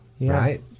Right